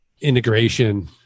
integration